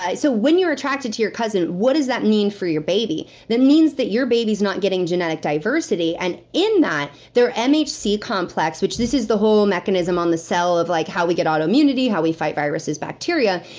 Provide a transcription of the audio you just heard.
so when you're attracted to your cousin, what does that mean for your baby? that means that your baby's not getting genetic diversity, and in that, their mhc complex, which this is the whole mechanism on the cell of like how we get auto immunity, how we fight viruses, bacteria.